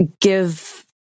give